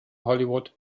hollywood